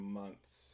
months